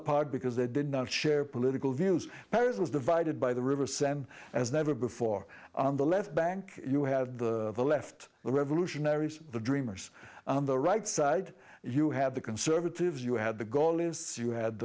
apart because they did not share political views paris was divided by the river sand as never before on the left bank you had left the revolutionaries the dreamers on the right side you have the conservatives you had the gall you had